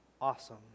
awesome